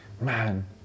man